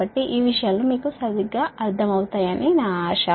కాబట్టి ఇవి మీకు సరిగ్గా అర్థమవుతాయని నా ఆశ